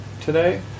today